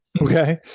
Okay